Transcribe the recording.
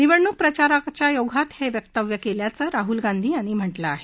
निवडणूक प्रचाराच्या ओघात हविकव्य कल्प्राचं राहूल गांधी यांनी म्हटलंय